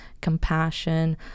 compassion